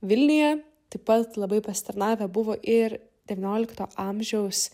vilniuje taip pat labai pasitarnavę buvo ir devyniolikto amžiaus